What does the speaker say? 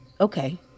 Okay